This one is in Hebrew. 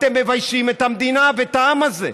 אתם מביישים את המדינה ואת העם הזה.